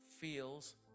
feels